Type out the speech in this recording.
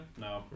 No